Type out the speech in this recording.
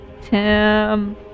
Tim